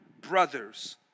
brothers